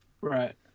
Right